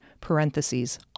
parentheses